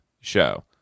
show